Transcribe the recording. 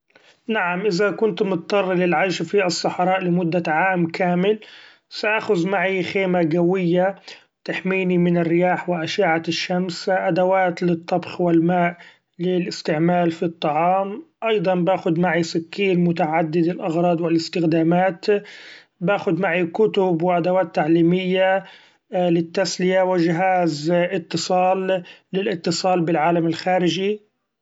نعم إذا كنت مضطر للعيش في الصحراء لمدة عام كامل سآخذ معي خيمة قوية تحميني من الرياح و أشعة الشمس ، أدوات للطبخ و الماء للإستعمال في الطعام ، أيضا باخد معي سكين متعدد الأغراض و الإستخدامات ، باخد معي كتب و أدوات تعليمية للتسلية و جهاز اتصال للاتصال بالعالم الخارجي.